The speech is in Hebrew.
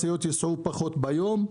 משאיות ייסעו פחות ביום.